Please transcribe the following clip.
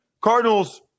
Cardinals